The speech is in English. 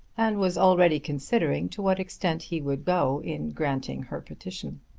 and was already considering to what extent he would go in granting her petition.